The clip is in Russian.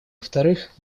вторых